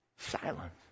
Silence